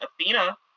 Athena